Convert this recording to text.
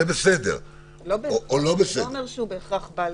זה לא אומר שהוא בהכרח בא לבד.